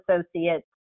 associates